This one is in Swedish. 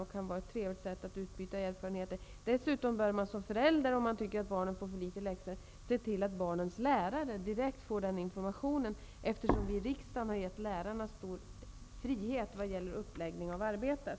Det kan vara ett trevligt sätt att utbyta erfarenheter. Om man tycker att barnen får för litet läxor bör man som förälder se till att barnens lärare direkt får den informationen, eftersom riksdagen har gett lärarna stor frihet vad gäller uppläggning av arbetet.